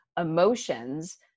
emotions